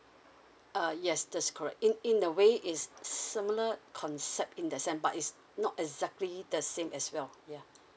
uh yes that's correct in in a way is similar concept in exam but is not exactly the same as well ya